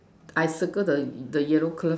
I circle the yellow glove